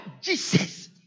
Jesus